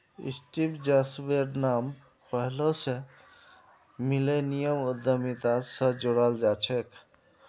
Steve जॉब्सेर नाम पैहलौं स मिलेनियम उद्यमिता स जोड़ाल जाछेक